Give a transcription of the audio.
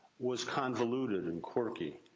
was convoluted and quirky,